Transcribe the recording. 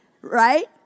right